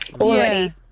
Already